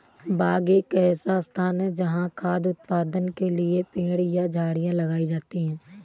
बाग एक ऐसा स्थान है जहाँ खाद्य उत्पादन के लिए पेड़ या झाड़ियाँ लगाई जाती हैं